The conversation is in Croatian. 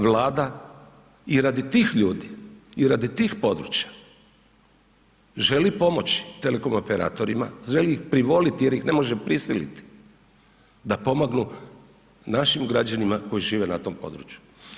Vlada i radi tih ljudi i radi tih područja želi pomoći telekom operatorima, želi ih privoliti jer ih ne može prisiliti da pomognu našim građanima koji žive na tom području.